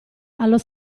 allo